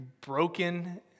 broken